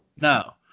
No